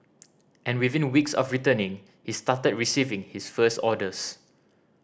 and within weeks of returning he started receiving his first orders